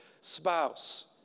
spouse